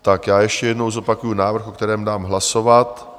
Tak já ještě jednou zopakuju návrh, o kterém dám hlasovat.